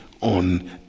on